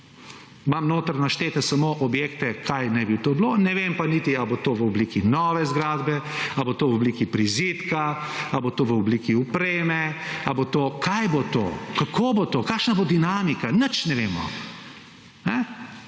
Imam notri naštete samo objekte kaj naj bi to bilo, ne vem pa niti ali bo to v obliki nove zgradbe, ali bo to v obliki prizidka, ali bo to v obliki opreme, ali bo to… Kaj bo to? Kako bo to? Kakšna bo dinamika? Nič ne vemo.